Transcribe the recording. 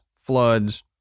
floods